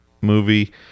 movie